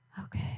Okay